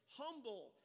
humble